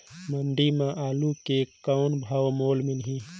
मंडी म आलू के कौन भाव मोल मिलही?